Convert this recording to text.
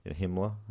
Himmler